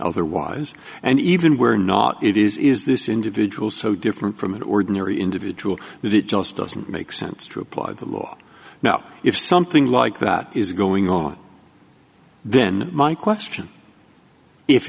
otherwise and even where or not it is is this individual so different from an ordinary individual that it just doesn't make sense to apply the law now if something like that is going on then my question if